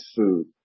food